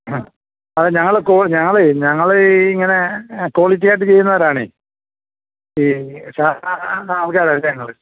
ആ അത് ഞങ്ങള് ഞങ്ങളെ ഈ ഇങ്ങനെ ക്വാളിറ്റി ആയിട്ട് ചെയ്യുന്നവരാണെ ഈ സാധാരണ അൾക്കാരല്ല ഞങ്ങള്